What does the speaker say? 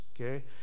okay